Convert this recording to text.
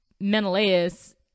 Menelaus